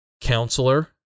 counselor